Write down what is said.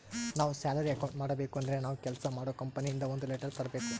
ನಾವ್ salary account ಮಾಡಬೇಕು ಅಂದ್ರೆ ನಾವು ಕೆಲ್ಸ ಮಾಡೋ ಕಂಪನಿ ಇಂದ ಒಂದ್ ಲೆಟರ್ ತರ್ಬೇಕು